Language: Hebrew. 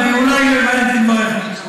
אז אולי לא הבנתי את דבריך.